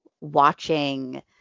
watching